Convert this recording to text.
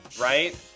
Right